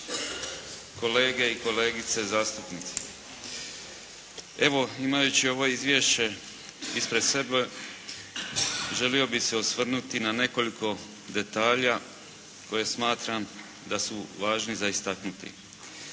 kolege i kolegice zastupnici. Evo imajući ovo izvješće ispred sebe želio bih se osvrnuti na nekoliko detalja koje smatram da su važni za istaknuti.